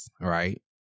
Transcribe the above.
right